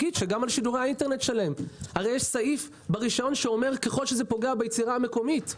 יש סעיף ברישיון שאומר שככל שזה פוגע ביצירה המקומית,